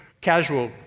casual